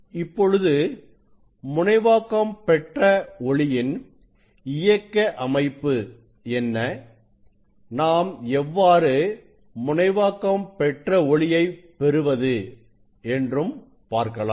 இப்பொழுது முனைவாக்கம் பெற்ற ஒளியின் இயக்க அமைப்பு என்ன நாம் எவ்வாறு முனைவாக்கம் பெற்ற ஒளியை பெறுவது என்றும் பார்க்கலாம்